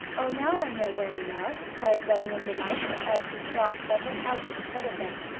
oh, now i know where we are! cried bunny, in delight, as he saw several houses ahead of them.